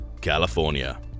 California